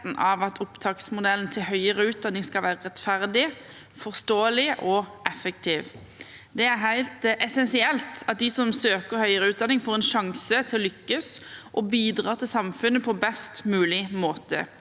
av at opptaksmodellen til høyere utdanning skal være rettferdig, forståelig og effektiv. Det er helt essensielt at de som søker høyere utdanning, får en sjanse til å lykkes og bidra til samfunnet på best mulig måte.